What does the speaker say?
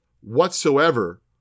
whatsoever